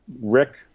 Rick